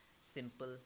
simple